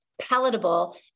palatable